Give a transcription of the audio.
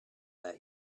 that